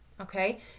okay